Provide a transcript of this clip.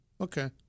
okay